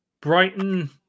Brighton